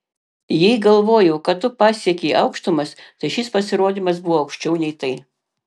jei galvojau kad tu pasiekei aukštumas tai šis pasirodymas buvo aukščiau nei tai